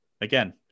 again